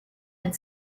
and